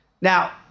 Now